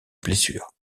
blessure